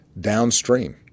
downstream